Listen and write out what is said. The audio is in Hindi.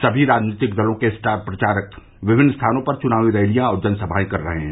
सभी राजनीतिक दलों के स्टार प्रचारक विभिन्न स्थानों पर चुनावी रैलियां और जनसभाए कर रहे हैं